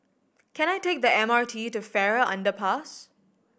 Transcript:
can I take the M R T to Farrer Underpass